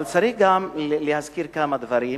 אבל צריך גם להזכיר כמה דברים.